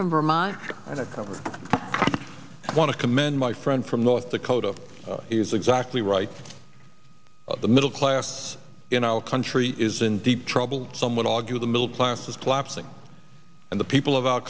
from vermont and a cover i want to commend my friend from north dakota is exactly right the middle class in our country is in deep trouble some would argue the middle class is collapsing and the people of our